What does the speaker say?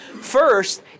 first